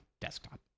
desktop